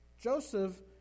Joseph